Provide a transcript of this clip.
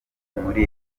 muri